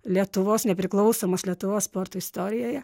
lietuvos nepriklausomos lietuvos sporto istorijoje